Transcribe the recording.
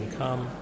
come